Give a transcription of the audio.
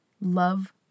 love